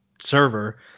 server